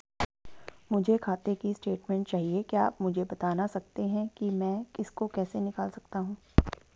मुझे खाते की स्टेटमेंट चाहिए क्या आप मुझे बताना सकते हैं कि मैं इसको कैसे निकाल सकता हूँ?